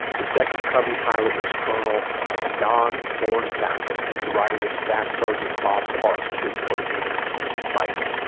the second covey pilot was colonel don borncassel and his rider was staff sergeant bob parks his code name is spider